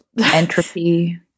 entropy